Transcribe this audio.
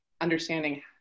understanding